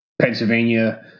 Pennsylvania